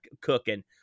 cooking